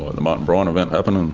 ah the martin bryant event happened, and